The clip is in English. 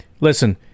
Listen